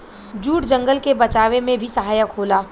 jute जंगल के बचावे में भी सहायक होला